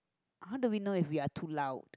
how do we know if we are too loud